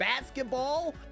basketball